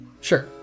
Sure